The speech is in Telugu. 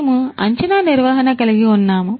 మేము అంచనా నిర్వహణ కలిగి ఉన్నాము